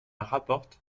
rapporte